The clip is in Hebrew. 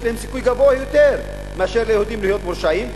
יש להם סיכוי גבוה יותר מאשר ליהודים להיות מורשעים.